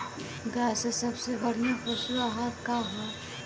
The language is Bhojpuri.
गाय के सबसे बढ़िया पशु आहार का ह?